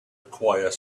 acquire